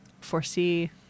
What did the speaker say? foresee